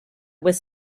with